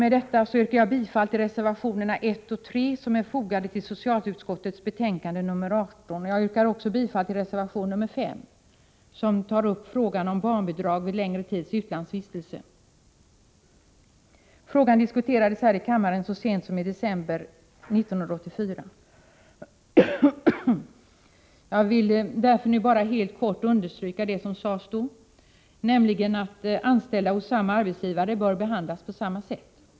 Med detta yrkar jag bifall till reservationerna 1 och 3 som är fogade till socialutskottets betänkande nr 18. Jag yrkar också bifall till reservation 5, som tar upp frågan om barnbidrag vid längre tids utlandsvistelse. Frågan diskuterades här i kammaren så sent som i december 1984. Jag vill därför nu bara helt kort understryka det som sades då, nämligen att anställda hos samma arbetsgivare bör behandlas på samma sätt.